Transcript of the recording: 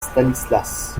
stanislas